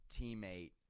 teammate